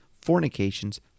fornications